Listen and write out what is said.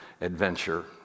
adventure